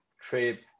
trip